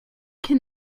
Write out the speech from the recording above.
can